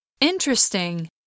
Interesting